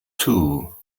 too